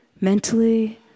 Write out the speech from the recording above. mentally